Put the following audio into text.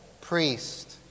priest